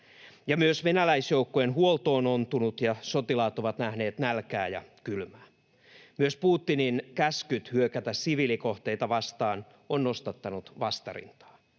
Myös venäläisjoukkojen huolto on ontunut, ja sotilaat ovat nähneet nälkää ja kylmää. Myös Putinin käskyt hyökätä siviilikohteita vastaan ovat nostattaneet vastarintaa.